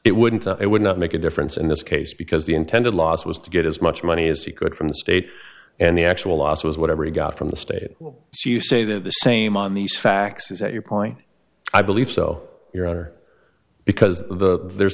it wouldn't it would not make a difference in this case because the intended loss was to get as much money as he could from the state and the actual loss was whatever he got from the state as you say the same on these facts is that your point i believe so your honor because the